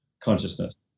consciousness